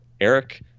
eric